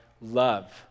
love